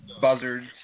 buzzards